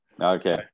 Okay